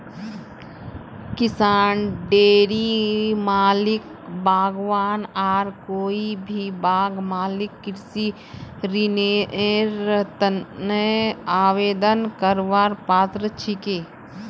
किसान, डेयरी मालिक, बागवान आर कोई भी बाग मालिक कृषि ऋनेर तने आवेदन करवार पात्र छिके